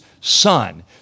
son